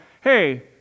hey